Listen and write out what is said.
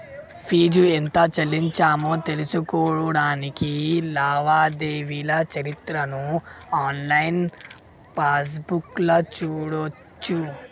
fee ఎంత చెల్లించామో తెలుసుకోడానికి లావాదేవీల చరిత్రను ఆన్లైన్ పాస్బుక్లో చూడచ్చు